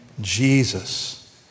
Jesus